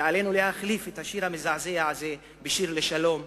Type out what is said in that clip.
ועלינו להחליף את השיר המזעזע הזה בשיר לשלום,